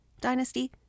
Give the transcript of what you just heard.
Dynasty